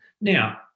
Now